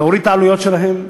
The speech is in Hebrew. אלא להוריד את העלויות שלהם,